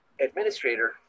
administrator